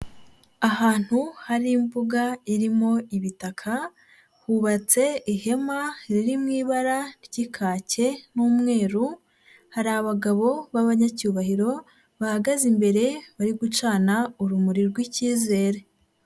Ahantu hari imbuga irimo ibitaka hubatse ihema riri mu ibara ry'ikake n'umweru, hari abagabo b'abanyacyubahiro bahagaze imbere bari gucana urumuri rw'ikizere.